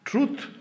Truth